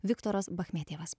viktoras bachmetjevas